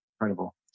incredible